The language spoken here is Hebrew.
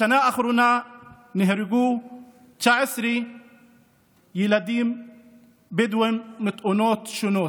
בשנה האחרונה נהרגו 19 ילדים בדואים בתאונות שונות.